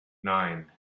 nine